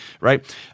right